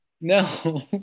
No